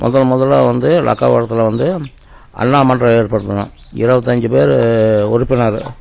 முதல் முதல்ல வந்து லக்காவரத்தில் வந்து அண்ணா மன்றம் ஏற்படுத்தினோம் இருவத்தஞ்சி பேர் உறுப்பினர்